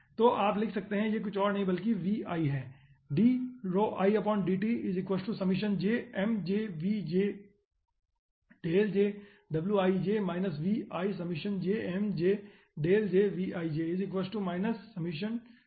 तो आप लिख सकते हैं कि यह कुछ और नहीं बल्कि Vi है